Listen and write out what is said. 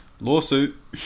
lawsuit